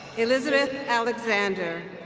elizabeth alexander,